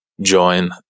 join